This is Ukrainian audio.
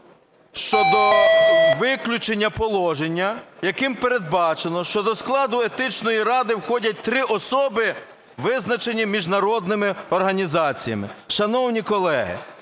щодо виключення положення, яким передбачено, що до складу Етичної ради входять три особи, визначені міжнародними організаціями. Шановні колеги,